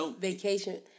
vacation